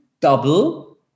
double